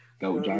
Go